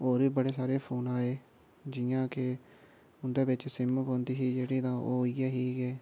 होर बी बडे़ सारे फोन आए जि'यां कि उं'दे बिच सिम पौंदी ही जेहड़ी तां ओह् इ'यै ही के